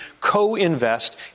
co-invest